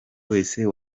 wese